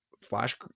Flash